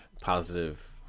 positive